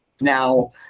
Now